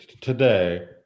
today